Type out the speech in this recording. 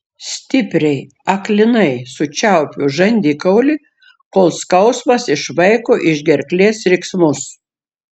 stipriai aklinai sučiaupiu žandikaulį kol skausmas išvaiko iš gerklės riksmus